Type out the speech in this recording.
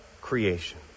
creation